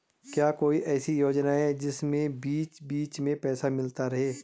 क्या कोई ऐसी योजना है जिसमें बीच बीच में पैसा मिलता रहे?